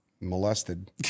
molested